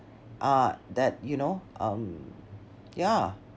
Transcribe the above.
uh that you know um yeah